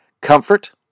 Comfort